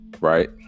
right